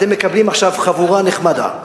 אתם מקבלים עכשיו חבורה נחמדה,